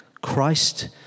Christ